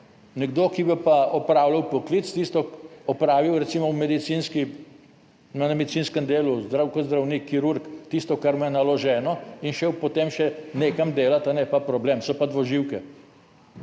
Nekdo, ki bo pa opravljal poklic, tisto opravil recimo na medicinskem delu, zdrav kot zdravnik kirurg, tisto, kar mu je naloženo in šel potem še nekam delat, je pa problem, so pa dvoživke.